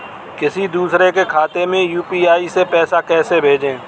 किसी दूसरे के खाते में यू.पी.आई से पैसा कैसे भेजें?